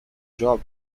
job